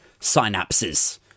synapses